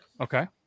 Okay